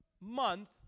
month